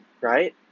right